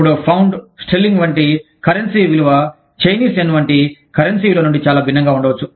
ఇప్పుడు pound sterling వంటి currency విలువ చైనీస్ యెన్ వంటి కరెన్సీ విలువ నుండి చాలా భిన్నంగా ఉండవచ్చు